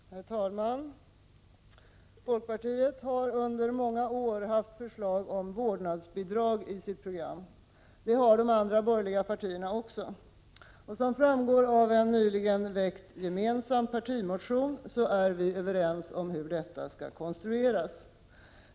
Herr talman! Folkpartiet har under många år haft förslag om vårdnadsbidrag i sitt program. Det har de andra borgerliga partierna också. Som framgår av en nyligen väckt gemensam partimotion är vi överens om hur detta skall konstrueras.